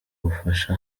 bufasha